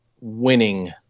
winning